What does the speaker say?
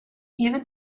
even